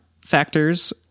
factors